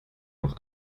auch